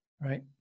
right